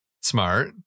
Smart